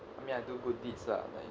I mean I do good deeds lah but